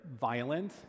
violent